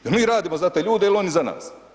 Je li mi radimo za te ljude ili oni za nas?